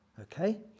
Okay